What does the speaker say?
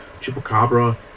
chupacabra